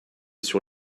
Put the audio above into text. sur